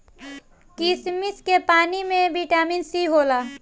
किशमिश के पानी में बिटामिन सी होला